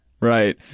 Right